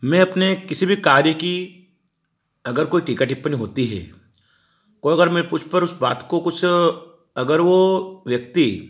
मैं अपने किसी भी कार्य की अगर कोई टीका टिप्पणी होती है कोई अगर मैं पुछ पर उस बात को कुछ अगर वह व्यक्ति